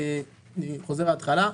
אני חוזר להתחלה,